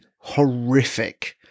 horrific